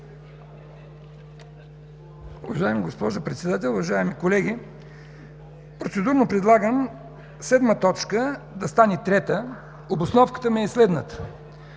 Уважаема госпожо Председател, уважаеми колеги! Процедурно предлагам седма точка да стане трета. Обосновката ми е следната.